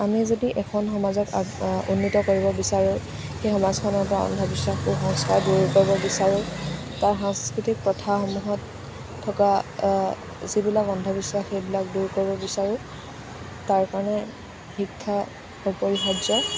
আমি যদি এখন সমাজক উন্নত কৰিব বিচাৰোঁ সেই সমাজখনৰ পৰা অন্ধবিশ্বাস কু সংস্কাৰবোৰ আঁতৰাব বিচাৰোঁ তাৰ সাংস্কৃতিক প্ৰথাসমূহত থকা যিবিলাক অন্ধবিশ্বাস সেইবিলাক দূৰ কৰিব বিচাৰোঁ তাৰ কাৰণে শিক্ষা অপৰিহাৰ্য্য